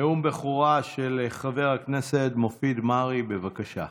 נאום בכורה של חבר הכנסת מופיד מרעי, בבקשה.